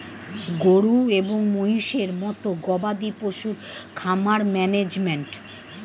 গরু এবং মহিষের মতো গবাদি পশুর খামার ম্যানেজমেন্ট